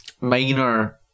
minor